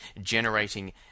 generating